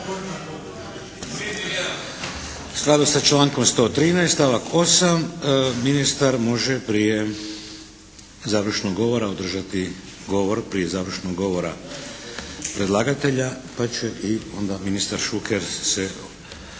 U skladu sa člankom 113. stavak 8. ministar može prije završenog govora održati govor prije završnog govora predlagatelja pa će i onda ministar Šuker se